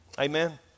Amen